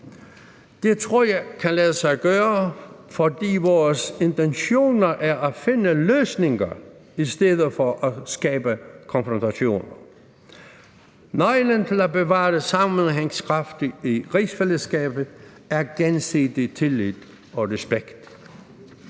Det tror jeg kan lade sig gøre, fordi vores intentioner er at finde løsninger i stedet for at skabe konfrontationer. Nøglen til at bevare sammenhængskraften i rigsfællesskabet er gensidig tillid og respekt.